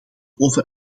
over